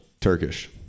Turkish